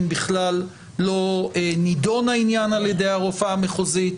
בכלל לא נידון העניין על ידי הרופאה המחוזית,